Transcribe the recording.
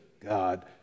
God